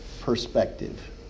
perspective